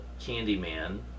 Candyman